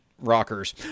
rockers